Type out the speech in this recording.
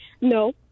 No